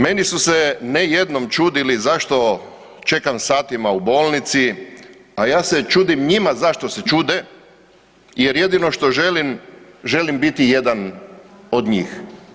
Meni su se ne jednom čudili zašto čekam satima u bolnici, a ja se čudim njima zašto se čude jer jedino što želim, želim biti jedan od njih.